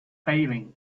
failing